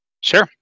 Sure